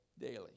daily